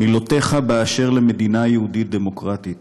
מילותיך אשר למדינה יהודית דמוקרטית,